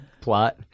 plot